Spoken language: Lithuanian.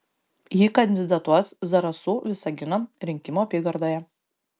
ji kandidatuos zarasų visagino rinkimų apygardoje